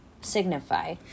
signify